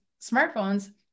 smartphones